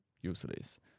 useless